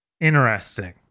interesting